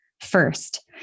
first